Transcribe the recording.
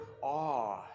awe